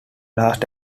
last